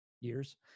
years